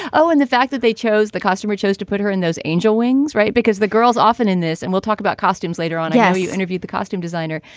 oh, and the fact that they chose the costumer chose to put her in those angel wings. right. because the girls often in this. and we'll talk about costumes later on. have yeah you interviewed the costume designer?